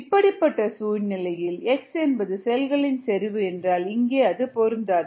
இப்படிப்பட்ட சூழ்நிலையில் x என்பது செல்களின் செறிவு என்றால் இங்கே அது பொருந்தாது